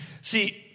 See